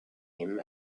him